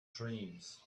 dreams